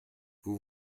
vous